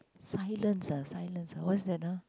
silence ah silence ah what's that ah